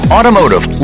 Automotive